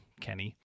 Kenny